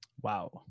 Wow